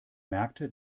merkte